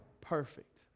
perfect